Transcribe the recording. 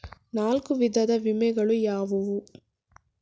ನಾಲ್ಕು ವಿಧದ ವಿಮೆಗಳು ಯಾವುವು?